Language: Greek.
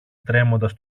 τρέμοντας